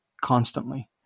Constantly